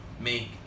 make